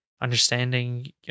understanding